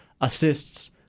assists